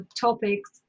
topics